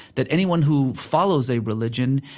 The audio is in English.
that anyone who follows a religion,